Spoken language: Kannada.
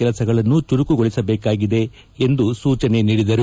ಕೆಲಸಗಳನ್ನು ಚುರುಕುಗೊಳಿಸಬೇಕಾಗಿದೆ ಎಂದು ಸೂಚನೆ ನೀಡಿದರು